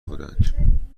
بودند